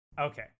Okay